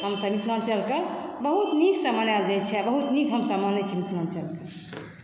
हमसभ मिथिलाञ्चलके बहुत नीकसऽ मनायल जाइ छै आ बहुत नीक हम सभ मनबै छी मिथिलाञ्चलके